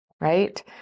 right